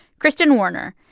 kristen warner.